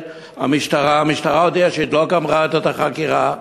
המשטרה הודיעה שהיא עוד לא גמרה את החקירה,